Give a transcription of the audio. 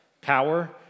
power